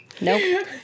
nope